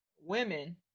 women